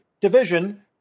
division